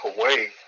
away